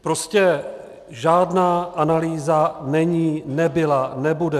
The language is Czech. Prostě žádná analýza není, nebyla, nebude.